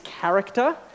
character